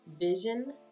vision